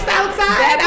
outside